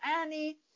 Annie